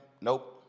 nope